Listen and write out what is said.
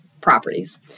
properties